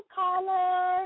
caller